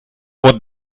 what